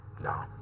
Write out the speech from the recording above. No